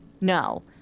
No